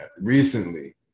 recently